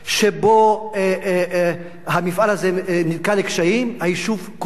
שבו המפעל הזה נקלע לקשיים, היישוב כולו קורס.